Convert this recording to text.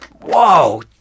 whoa